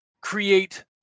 create